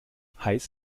heiß